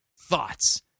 thoughts